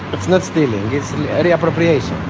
it's not stealing, it's re-appropriation.